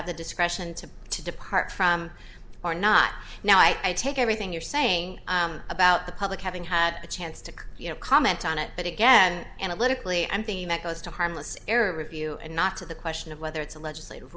have the discretion to to depart from or not now i take everything you're saying about the public having had a chance to you know comment on it but again analytically i'm thinking that goes to harmless error review and not to the question of whether it's a legislative